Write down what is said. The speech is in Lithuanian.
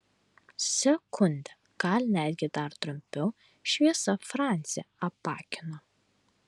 sekundę gal netgi dar trumpiau šviesa francį apakino